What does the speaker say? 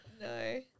No